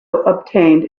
obtained